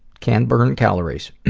can, burn calories.